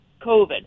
COVID